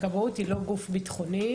הכבאות היא לא גוף ביטחוני,